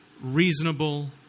reasonable